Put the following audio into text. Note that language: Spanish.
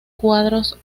cuadros